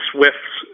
Swifts